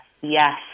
Yes